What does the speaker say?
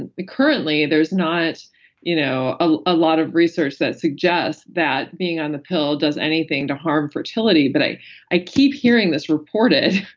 and currently there's not you know ah a lot of research that suggests that being on the pill does anything to harm fertility, but i i keep hearing this reported